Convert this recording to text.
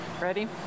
Ready